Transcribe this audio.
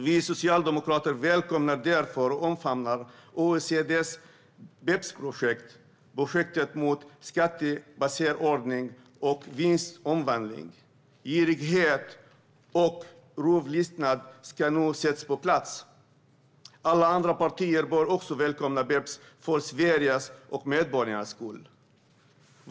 Vi socialdemokrater välkomnar och omfamnar därför OECD:s BEPS-projekt, projektet mot skattebaserodering och vinstomvandling. Girighet och rovlystnad ska nu sättas på plats. Alla andra partier bör också välkomna BEPS, för Sveriges och medborgarnas skull.